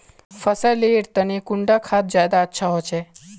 फसल लेर तने कुंडा खाद ज्यादा अच्छा होचे?